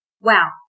wow